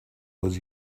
was